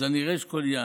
אז ראשית כול,